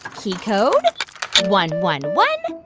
ah key code one, one, one,